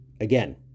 Again